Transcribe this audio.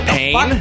pain